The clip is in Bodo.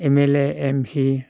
M L A M P